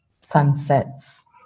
sunsets